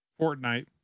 Fortnite